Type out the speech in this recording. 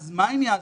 אז מה הם יעשו?